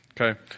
Okay